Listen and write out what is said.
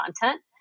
content